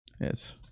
Yes